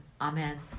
Amen